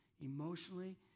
emotionally